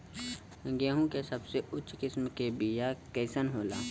गेहूँ के सबसे उच्च किस्म के बीया कैसन होला?